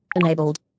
Enabled